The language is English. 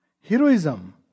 Heroism